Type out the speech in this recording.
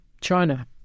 china